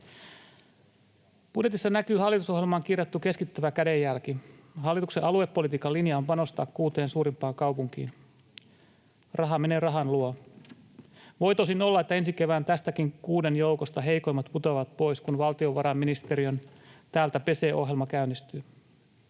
Budjetissa näkyy hallitusohjelmaan kirjattu keskittävä kädenjälki. Hallituksen aluepolitiikan linja on panostaa kuuteen suurimpaan kaupunkiin. Raha menee rahan luo. Voi tosin olla, että ensi keväänä tästäkin kuuden joukosta heikoimmat putoavat pois, kun valtiovarainministeriön täältä pesee ‑ohjelma käynnistyy.